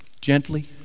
Gently